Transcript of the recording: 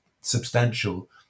substantial